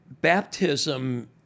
baptism